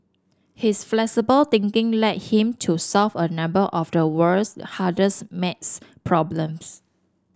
his flexible thinking led him to solve a number of the world's hardest maths problems